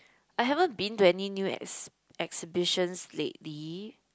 I haven't been to any new ex~ exhibitions lately